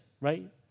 right